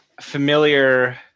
familiar